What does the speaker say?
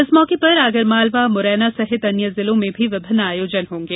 इस मौके पर आगरमालवा मुरैना सहित अन्य जिलों में भी विभिन्न आयोजन होंगे